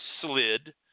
slid